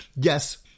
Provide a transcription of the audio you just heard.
yes